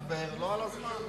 דבר לא על-חשבון הזמן.